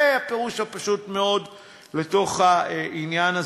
זה הפירוש הפשוט מאוד של העניין הזה.